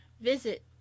Visit